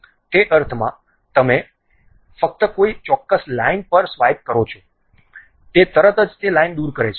તે અર્થમાં તમે ફક્ત કોઈ ચોક્કસ લાઇન પર સ્વાઇપ કરો છો તે તરત જ તે લાઇનને દૂર કરે છે